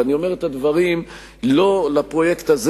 ואני אומר את הדברים לא על הפרויקט הזה